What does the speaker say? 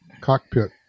cockpit